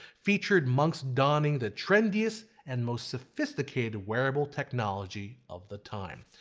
featured monks donning the trendiest and most sophisticated wearable technology of the time.